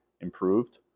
improved